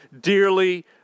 dearly